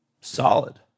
Solid